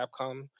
Capcom